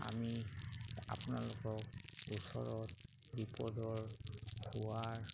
আমি আপোনালোকক ওচৰত বিপদৰ পোৱাৰ